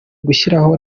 gushyiraho